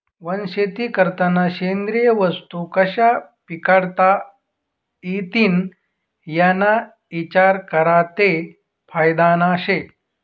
वनशेती करतांना सेंद्रिय वस्तू कशा पिकाडता इतीन याना इचार करा ते फायदानं शे